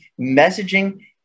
messaging